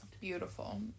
beautiful